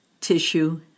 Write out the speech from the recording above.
tissue